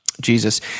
Jesus